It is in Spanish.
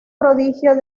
prodigio